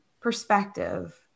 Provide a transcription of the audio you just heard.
perspective